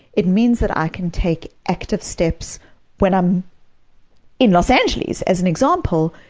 it means that i can take active steps when i'm in los angeles, as an example,